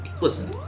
listen